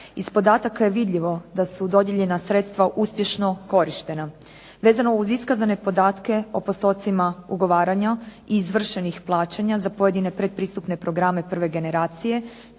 Iz podataka je vidljivo da su dodijeljena sredstva uspješno korištena. Vezano uz iskazane podatke o postocima ugovaranja i izvršenih plaćanja za pojedine pretpristupne programe prve generacije